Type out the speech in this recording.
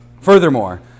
Furthermore